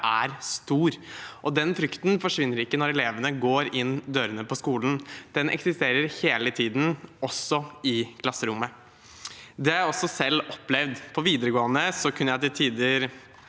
er stor, og den frykten forsvinner ikke når elevene går inn dørene på skolen. Den eksisterer hele tiden, også i klasserommet. Det har jeg også selv opplevd. På videregående kunne jeg til tider